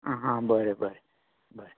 आं हां बरें बरें बरें